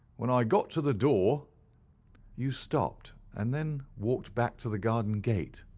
when i got to the door you stopped, and then walked back to the garden gate,